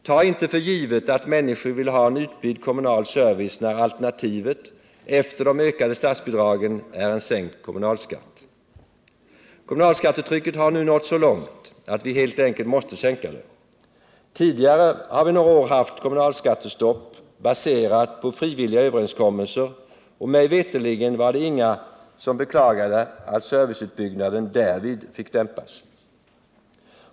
Ta inte för givet att människor vill ha en utbyggd kommunal service när alternativet efter de ökade statsbidragen är en sänkt kommunalskatt. Kommunalskattetrycket har nu nått så långt att vi helt enkelt måste sänka det. Tidigare har vi några år haft kommunalskattestopp baserat på frivilliga överenskommelser, och mig veterligen var det inga som beklagade att serviceutbyggnaden därvid fick dämpas.